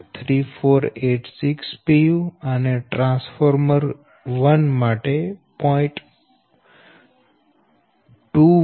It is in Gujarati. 3486 pu અને ટ્રાન્સફોર્મર 1 માટે j0